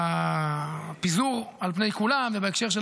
אולי לא אמרתי קודם בהקשר של הפיזור על פני כולם ובהקשר של